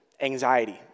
anxiety